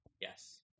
Yes